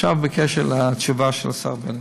עכשיו, בקשר לתשובה של השר בנט: